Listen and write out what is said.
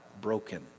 broken